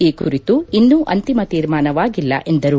ಈ ಕುರಿತು ಇನ್ನೂ ಅಂತಿಮ ತೀರ್ಮಾನವಾಗಿಲ್ಲ ಎಂದರು